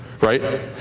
right